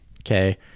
Okay